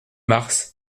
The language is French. mars